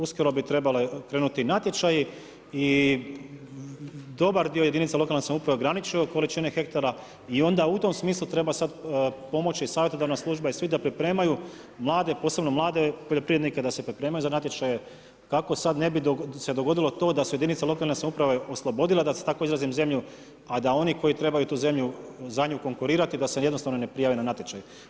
Uskoro bi trebale krenuti natječaji i dobar dio jedinice lokalne samouprave ograničio količine hektara i onda u tom smislu treba sad pomoći savjetodavna služba i svi da pripremaju mlade, posebno mlade poljoprivrednike da se pripremaju za natječaje kako sad ne bi se dogodilo to da su jedinice lokalne samouprave oslobodile, da se tako izrazim zemlju, a da oni koji trebaju tu zemlju za nju konkurirati, da se jednostavno ne prijave na natječaj.